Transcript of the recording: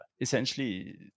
Essentially